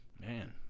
Man